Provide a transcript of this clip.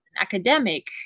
academic